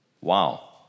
wow